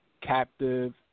captive